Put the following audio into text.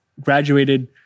graduated